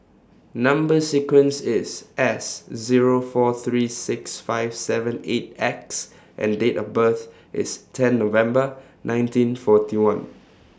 Number sequence IS S Zero four three six five seven eight X and Date of birth IS ten November nineteen forty one